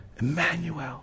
Emmanuel